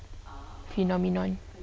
phenomenon